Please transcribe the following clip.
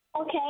Okay